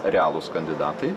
realūs kandidatai